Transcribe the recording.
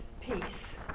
peace